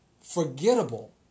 forgettable